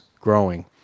growing